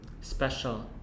Special